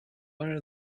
joining